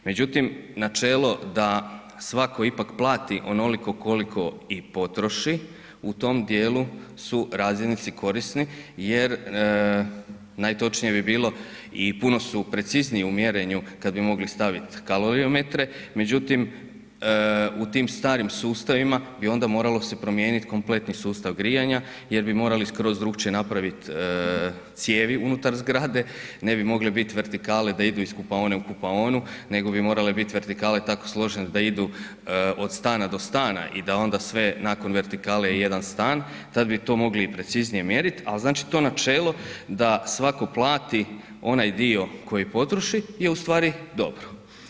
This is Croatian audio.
Međutim, načelo da svatko ipak plati onoliko koliko i potroši u tom dijelu su razdjelnici korisni jer najtočnije bi bilo i puno su precizniji u mjerenju kad bi mogli stavit kalorimetre, međutim u tim starim sustavima bi onda moralo se promijenit kompletni sustav grijanja jer bi morali skroz drukčije napravit cijevi unutar zgrade, ne bi mogli biti vertikale da idu iz kupaone u kupaonu nego bi morale biti vertikale tako složene da idu od stana do stana i da onda sve nakon vertikale i jedan stan tad bi to mogli i preciznije i mjerit, ali znači to načelo da svatko plati onaj dio koji potroši je u stvari dobro.